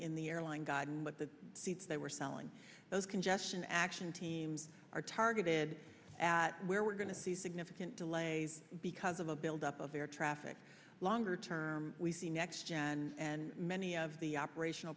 in the airline guide and what the seats they were selling those congestion action teams are targeted at where we're going to see significant delays because of a build up of air traffic longer term we see next year and many of the operational